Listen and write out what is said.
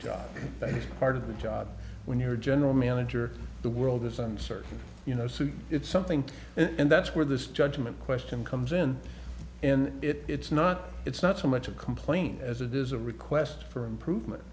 you part of the job when your general manager the world is uncertain you know suit it's something and that's where this judgment question comes in and it's not it's not so much a complaint as it is a request for improvement